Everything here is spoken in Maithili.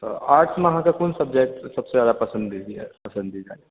तऽ आर्ट्समे अहाँके क़ोन सब्जेक्ट सभसे ज़्यादा पसंद यऽ पसंद यऽ